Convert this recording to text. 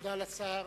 תודה לשר.